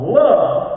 love